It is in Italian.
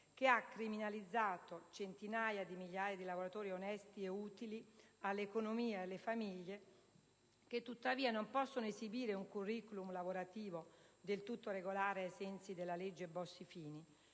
che ha criminalizzato centinaia di migliaia di lavoratori onesti e utili all'economia e alle famiglie, che tuttavia non possono esibire un *curriculum* lavorativo del tutto regolare ai sensi della legge Bossi-Fini.